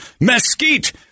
mesquite